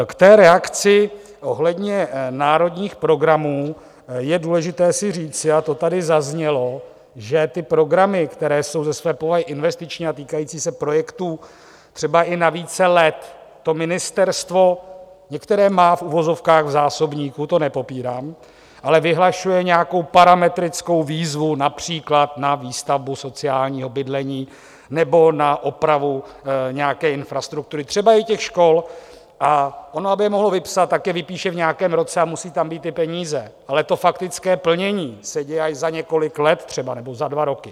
K té reakci ohledně národních programů je důležité si říci, a to tady zaznělo, že ty programy, které jsou ze své povahy investiční a týkající se projektů třeba i na více let, to ministerstvo některé má v uvozovkách v zásobníku, to nepopírám, ale vyhlašuje nějakou parametrickou výzvu například na výstavbu sociálního bydlení nebo na opravu nějaké infrastruktury, třeba i těch škol, a aby je mohlo vypsat, tak je vypíše v nějakém roce a musí tam být ty peníze, ale to faktické plnění se děje třeba až za několik let, nebo za dva roky.